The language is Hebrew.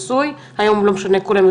בעבר.